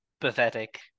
pathetic